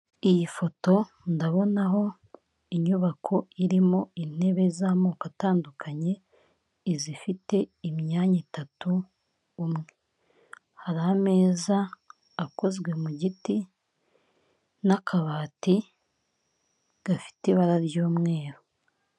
Iyi foto, ndabonaho inyubako irimo intebe z'amoko atandukanye, izifite imyanya itatu, umwe. Hari ameza akozwe mu giti, n'akabati gafite ibara ry'umweru.